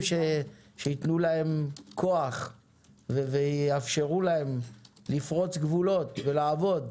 שייתנו להם כוח ויאפשרו להם לפרוץ גבולות ולעבוד.